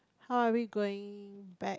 how are we going back